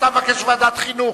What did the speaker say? ועדת הכלכלה, אני חושב.